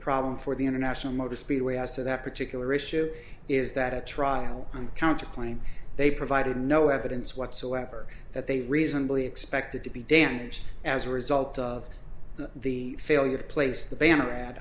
problem for the international motor speedway as to that particular issue is that at trial on the counter claim they provided no evidence whatsoever that they reasonably expected to be damaged as a result of the failure to place the banner a